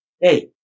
Hey